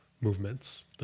movements